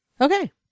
Okay